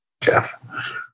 Jeff